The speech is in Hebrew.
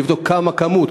לבדוק מה הכמות,